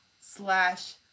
slash